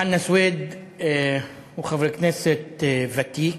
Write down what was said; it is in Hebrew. חנא סוייד הוא חבר כנסת ותיק,